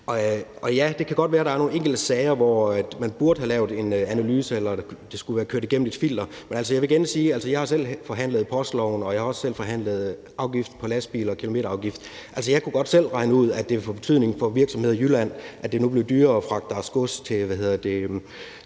Og ja, det kan godt være, der er nogle enkelte sager, hvor man burde have lavet en analyse, eller hvor det skulle have været kørt igennem et filter. Men altså, jeg vil igen sige: Jeg har selv forhandlet postloven, og jeg har også selv forhandlet afgift på lastbiler, kilometerafgift. Altså, jeg kunne godt selv regne ud, at det ville få betydning for virksomheder i Jylland, at det nu blev dyrere at fragte deres gods til – hvad hedder det